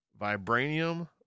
Vibranium